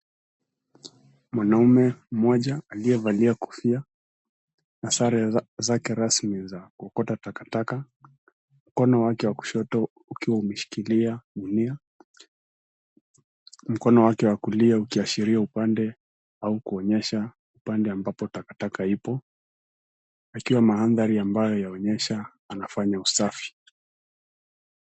Mwanume mmoja aliyevalia kofia na sare zake rasmi za kuokota takataka. Mkono wake wa kushoto ukiwa umeshikilia gunia. Mkono wake wa kulia ukiashiria upande au kuonyesha upande ambapo takataka ipo. Akiwa mandhari ambayo yaonyesha anafanya usafi.